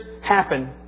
happen